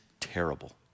terrible